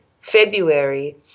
February